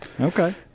Okay